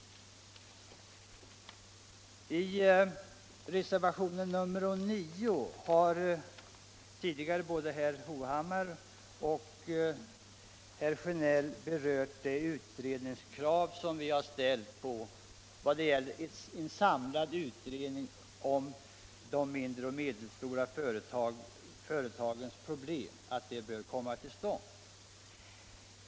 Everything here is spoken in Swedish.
I reservation nr 9 begärs, som både herr Hovhammar och herr Sjönell tidigare har berört, att en samlad utredning om de mindre och medelstora företagens problem skall komma till stånd.